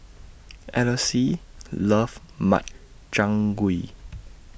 Eloise loves Makchang Gui